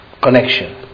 connection